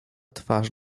twarz